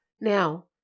now